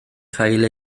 cael